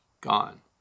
gone